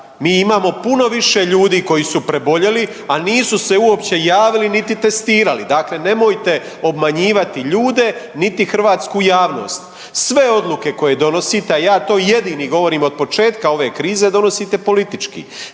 Mi imamo puno više ljudi koji su preboljeli, a nisu se uopće javili niti testirali. Dakle, nemojte obmanjivati ljude niti hrvatsku javnost. Sve odluke koje donosite, a ja to jedini govorim od početka ove krize donosite politički.